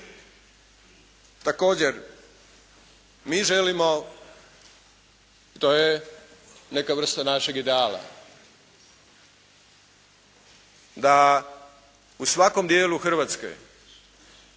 Također, mi želimo to je neka vrsta našeg ideala da u svakom dijelu Hrvatske